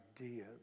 idea